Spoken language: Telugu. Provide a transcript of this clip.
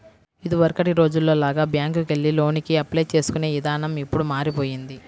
ఇదివరకటి రోజుల్లో లాగా బ్యేంకుకెళ్లి లోనుకి అప్లై చేసుకునే ఇదానం ఇప్పుడు మారిపొయ్యింది